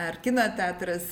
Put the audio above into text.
ar kino teatras